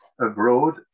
abroad